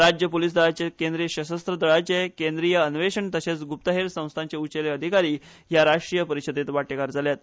राज्य पोलीस दल्लाचे केंद्रीय सशस्त्र दळाचे केंद्रीय अन्वेषण तशेच गुप्तहेर संस्थाचे उचेले अधिकारी हे राष्ट्रीय परिशदेत वांटेकार जाल्यात